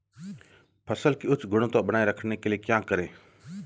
फसल की उच्च गुणवत्ता बनाए रखने के लिए क्या करें?